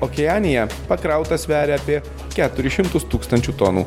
okeanija pakrautas sveria apie keturis šimtus tūkstančių tonų